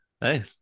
hey